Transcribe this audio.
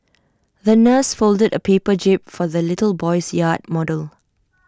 the nurse folded A paper jib for the little boy's yacht model